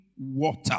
water